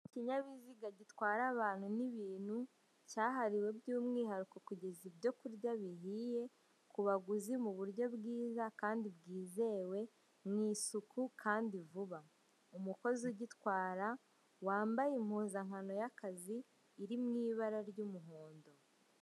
Ikinyabiziga gitwara abantu ni ibintu cyahariwe by'umwihariko kugeze ibyo kurya bihiye ku baguzi mu buryo bwiza kandi byizewe mu isuku kandi vuba, umukozi ugitwara wambaye impuzankwano y'akazi iri mu ibara ry'umuhondo.